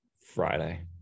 Friday